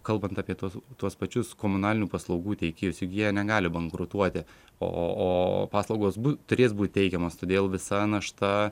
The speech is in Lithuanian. kalbant apie tuos tuos pačius komunalinių paslaugų teikėjus juk jie negali bankrutuoti o paslaugos bus turės būti teikiamos todėl visa našta